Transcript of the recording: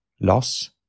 loss